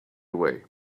away